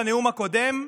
בנאום הקודם,